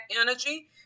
energy